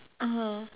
(uh huh)